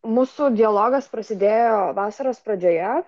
mūsų dialogas prasidėjo vasaros pradžioje